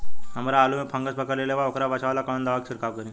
हमरा आलू में फंगस पकड़ लेले बा वोकरा बचाव ला कवन दावा के छिरकाव करी?